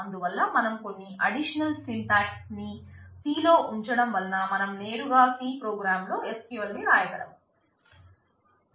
అందువల్ల మనము ఎంబెడెడ్లో SQL ని రాయగలము